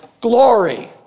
glory